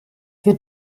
wir